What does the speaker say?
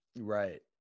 Right